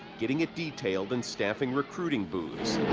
getting it detailed and staffing recruitment booths.